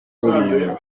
rulindo